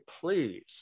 please